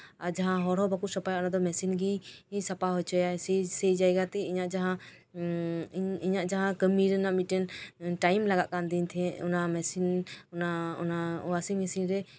ᱟᱨ ᱡᱟᱦᱟᱸ ᱦᱚᱲ ᱦᱚᱸ ᱵᱟᱠᱚ ᱥᱟᱯᱷᱟᱭᱟ ᱢᱮᱥᱤᱱ ᱜᱮ ᱥᱟᱯᱷᱟ ᱦᱚᱪᱚᱭᱟ ᱥᱮᱭ ᱡᱟᱭᱜᱟᱛᱮ ᱡᱟᱦᱟᱸ ᱤᱧᱟᱹᱜ ᱡᱟᱦᱟᱸ ᱠᱟᱹᱢᱤ ᱨᱮᱱᱟᱜ ᱢᱤᱫᱴᱮᱱ ᱴᱟᱭᱤᱢ ᱞᱟᱜᱟᱜ ᱠᱟᱱ ᱛᱟᱦᱮᱸᱜ ᱚᱱᱟ ᱢᱮᱥᱤᱱ ᱚᱱᱟ ᱳᱣᱟᱥᱤᱝ ᱢᱮᱥᱤᱱ ᱨᱮ